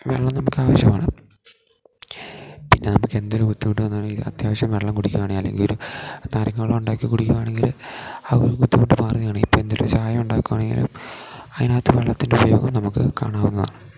വെള്ളം നമുക്ക് ആവശ്യമാണ് പിന്നെ നമുക്ക് എന്തൊരു ബുദ്ധിമുട്ട് വന്നാലും അത്യാവശ്യം വെള്ളം കുടിക്കുവാണെങ്കിൽ അല്ലെങ്കിൽ ഒരു നാരങ്ങ വെള്ളം ഉണ്ടാക്കി കുടിക്കുവാണെങ്കിൽ ആ ഒരു ബുദ്ധിമുട്ട് മാറുകയാണ് ഇപ്പം എന്തൊരു ചായ ഉണ്ടാക്കുവാണെങ്കിലും അതിനകത്ത് വെള്ളത്തിൻ്റെ ഉപയോഗം നമുക്ക് കാണാവുന്നതാണ്